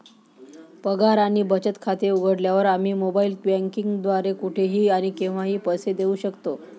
पगार आणि बचत खाते उघडल्यावर, आम्ही मोबाइल बँकिंग द्वारे कुठेही आणि केव्हाही पैसे देऊ शकतो